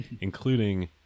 including